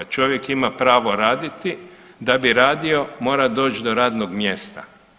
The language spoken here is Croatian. Čovjek ima pravo raditi, da bi radio mora doći do radnog mjesta.